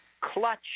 Clutch